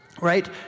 right